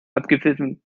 abgepfiffen